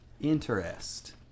interest